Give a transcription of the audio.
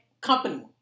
company